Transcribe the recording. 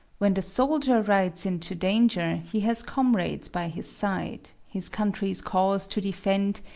when the soldier rides into danger he has comrades by his side, his country's cause to defend,